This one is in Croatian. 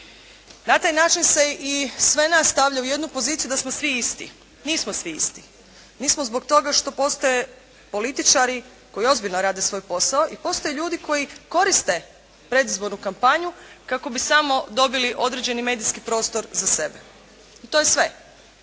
Na taj način se i sve nas stavlja u jednu poziciju da smo svi isti. Nismo svi isti. Nismo zbog toga što postoje političari koji ozbiljno rade svoj posao i postoje ljudi koji koriste predizbornu kampanju kako bi samo dobili određeni medijski prostor za sebe. I to je sve.